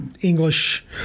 English